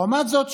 לעומת זאת,